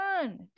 fun